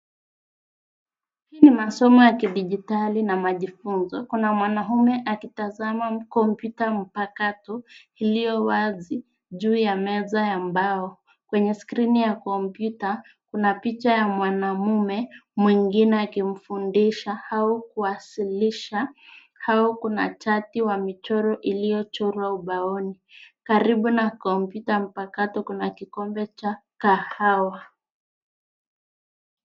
Hii ni masomo ya kidijitali na majifunzo. Kuna mwanaume akitazama kompyuta mpakato iliyo wazi juu ya meza ya mbao. Kwenye skrini ya kompyuta, kuna picha ya mwanamume mwingine akimfundisha au kuwasilisha au kuna chati wa michoro iliyochorwa ubaoni. Karibu na kompyuta mpakato kuna kikombe cha kahawa.